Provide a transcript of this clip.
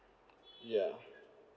ya